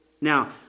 Now